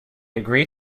agree